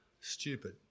stupid